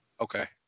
Okay